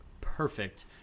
perfect